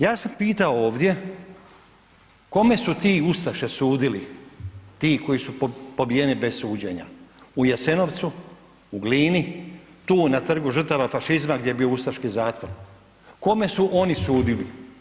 Ja sam pitao ovdje kome su ti ustaše sudili, ti koji su pobijeni bez suđenja u Jasenovcu, u Glini, tu na Trgu žrtava fašizma gdje je bio ustaški zatvor, kome su oni sudili?